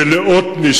ולעתני,